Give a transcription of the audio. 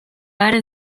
haren